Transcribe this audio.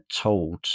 told